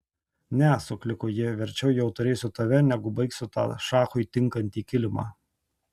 ne sukliko ji verčiau jau turėsiu tave negu baigsiu tą šachui tinkantį kilimą